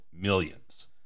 millions